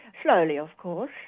slowly of course,